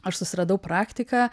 aš susiradau praktiką